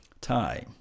Time